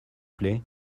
plait